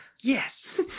Yes